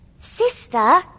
Sister